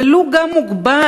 ולו גם מוגבל,